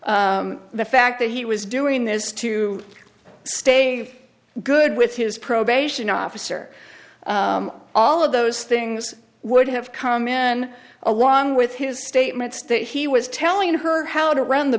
the fact that he was doing this to stay a good with his probation officer all of those things would have come in along with his statements that he was telling her how to run the